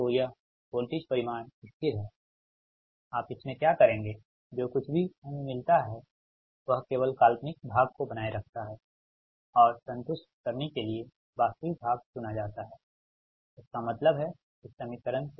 तो यह वोल्टेज परिमाण स्थिर हैं आप इसमें क्या करेंगे जो कुछ भी हमें मिलता है वह केवल काल्पनिक भाग को बनाए रखता है और संतुष्ट करने के लिए वास्तविक भाग चुना जाता है इसका मतलब है इस समीकरण से इस समीकरण से